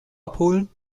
abholen